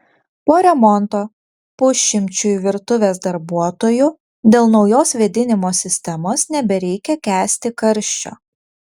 po remonto pusšimčiui virtuvės darbuotojų dėl naujos vėdinimo sistemos nebereikia kęsti karščio